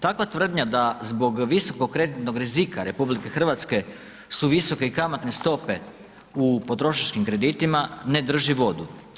Takva tvrdnja da zbog visokog kreditnog rizika RH su visoke i kamatne stope u potrošačkim kreditima ne drži vodu.